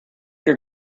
your